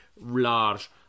large